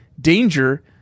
Danger